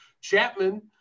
Chapman